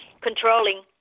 controlling